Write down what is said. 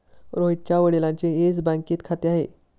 रोहितच्या वडिलांचे येस बँकेत खाते आहे